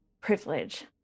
privilege